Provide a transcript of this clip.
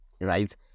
right